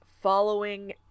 following